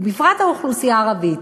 ובפרט האוכלוסייה הערבית,